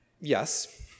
yes